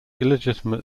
illegitimate